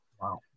Wow